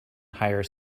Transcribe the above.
hire